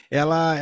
ela